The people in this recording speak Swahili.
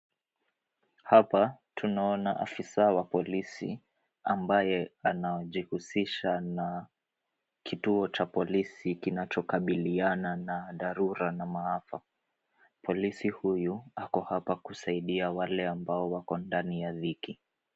Hapa tunaona afisa wa polisi ambaye anajihusisha na kituo cha polisi kinachokabiliana na dharura na maafa. Polisi huyu, ako hapa kusaidia wale ambao wako ndani ya dhiki.